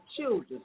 children